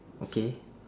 okay